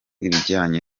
ibijyanye